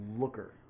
looker